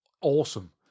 awesome